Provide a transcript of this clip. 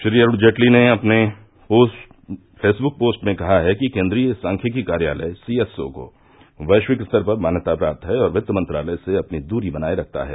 श्री अरूण जेटली ने अपनी Facebook post में कहा है कि केंद्रीय सांख्यिकी कार्यालय सीएसओ को वैश्विक स्तर पर मान्यता प्राप्त है और वित्त मंत्रालय से अपनी दूरी बनाए रखता है